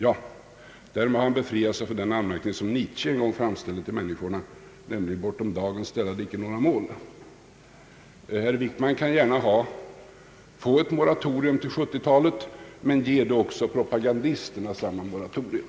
Ja, därmed har han befriat sig från den anmärkning som Nietzsche en gång gjorde om människorna, nämligen »bortom dagen ställa de icke några mål». Herr Wickman kan gärna få ett moratorium till 1970-talet. Men ge då också propagandisterna samma moratorium!